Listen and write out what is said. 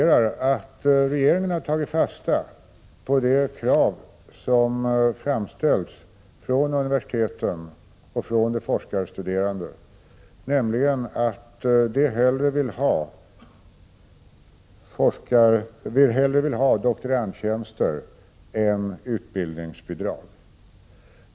Regeringen har tagit fasta på de krav som framställts från universitet och av de forskarstuderande, som sagt att de hellre vill ha doktorandtjänster än utbildningsbidrag.